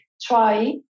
try